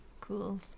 Cool